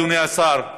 אדוני השר,